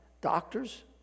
Doctors